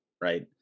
right